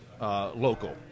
local